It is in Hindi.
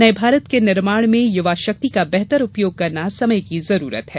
नये भारत के निर्माण में युवा शक्ति का बेहतर उपयोग करना समय की आवश्यकता है